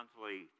monthly